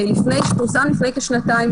הקסם שטמון באיום בתאי המאסר.